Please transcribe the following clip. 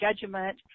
judgment